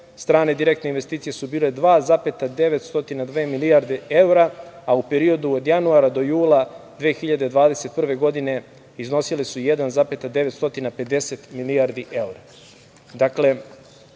strane direktne investicije su bile 2,902 milijarde evra, a u periodu od januara do jula 2021. godine iznosile su 1,950 milijardi